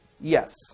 yes